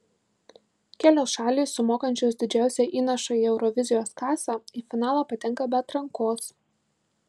kelios šalys sumokančios didžiausią įnašą į eurovizijos kasą į finalą patenka be atrankos